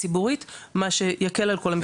הציבורית מה שיקל על כל המשפחה.